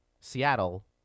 Seattle